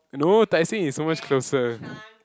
no Tai-Seng is so much closer